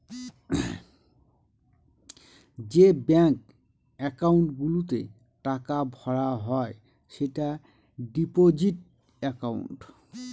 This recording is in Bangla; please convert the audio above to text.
যে ব্যাঙ্ক একাউন্ট গুলোতে টাকা ভরা হয় সেটা ডিপোজিট একাউন্ট